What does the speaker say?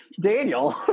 Daniel